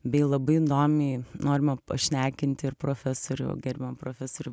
bei labai įdomiai norima pašnekinti ir profesorių gerbiamą profesorių